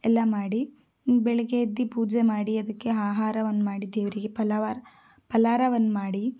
ಎಲ್ಲ ಮಾಡಿ ಬೆಳಿಗ್ಗೆ ಎದ್ದು ಪೂಜೆ ಮಾಡಿ ಅದಕ್ಕೆ ಆಹಾರವನ್ನು ಮಾಡಿ ದೇವರಿಗೆ ಫಲಾವಾರ್ ಫಲಾಹಾರವನ್ನು ಮಾಡಿ